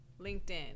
LinkedIn